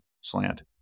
slant